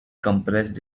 compressed